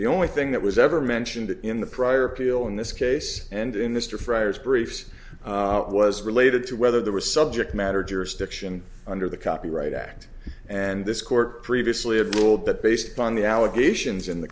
the only thing that was ever mentioned in the prior appeal in this case and in this to friar's briefs was related to whether there was subject matter jurisdiction under the copyright act and this court previously had ruled that based upon the allegations in the